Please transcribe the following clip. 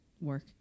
work